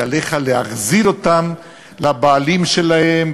ועליך להחזיר אותם לבעלים שלהם,